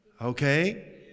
Okay